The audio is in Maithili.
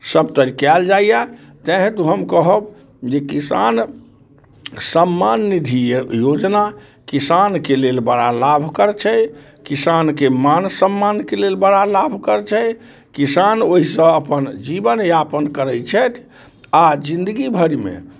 सभतरि कयल जाइए ताहि हेतु हम कहब जे किसान सम्मान निधि योजना किसानके लेल बड़ा लाभकर छै किसानके मान सम्मानके लेल बड़ा लाभकर छै किसान ओहिसँ अपन जीवनयापन करै छथि आ जिन्दगीभरिमे